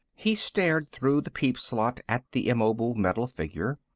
he stared through the peep slot at the immobile metal figure.